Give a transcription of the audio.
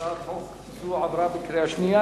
הצעת חוק זו עברה בקריאה שנייה.